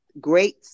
great